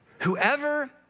whoever